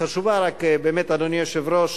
רצף